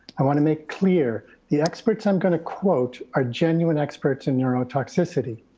i wanna make clear the experts i'm gonna quote are genuine experts in neuro toxicity.